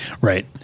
right